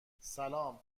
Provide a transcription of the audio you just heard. سلام